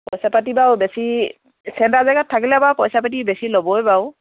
পইচা পাতি বাৰো বেছি চেন্টাৰ জেগাত থাকিলে বাৰু পইচা পাতি বেছি ল'বই বাৰু